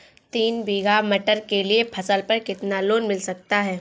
तीन बीघा मटर के लिए फसल पर कितना लोन मिल सकता है?